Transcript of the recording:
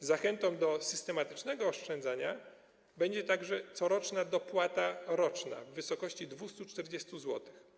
Zachętą do systematycznego oszczędzania będzie także - coroczna - dopłata roczna w wysokości 240 zł.